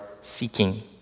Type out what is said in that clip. seeking